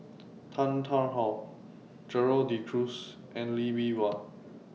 Tan Tarn How Gerald De Cruz and Lee Bee Wah